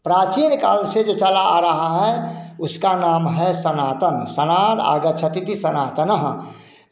प्राचीन काल से चला आ रहा है उसका नाम है सनातन सनाद आगा चक्की की सनातनः